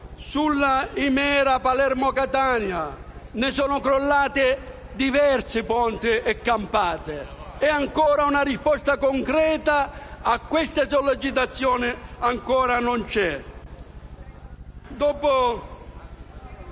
sulla A19 Palermo-Catania. Ne sono crollati diversi, ponti e campate, e una risposta concreta a queste sollecitazioni ancora non c'è.